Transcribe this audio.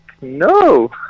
No